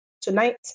tonight